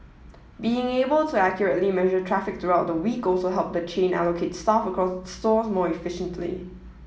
being able to accurately measure traffic throughout the week also helped the chain allocate staff across its stores more efficiently